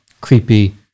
creepy